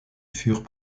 furent